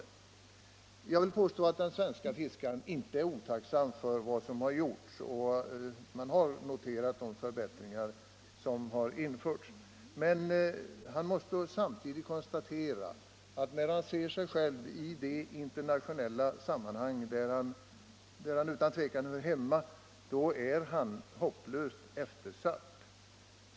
Jag vill påstå att den svenske fiskaren inte är otacksam för vad som gjorts. Han har noterat de förbättringar som införts. Men han måste samtidigt konstatera att i de internationella sammanhang, där han utan tvivel hör hemma, är han hopplöst eftersatt.